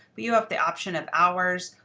but you have the option of hours,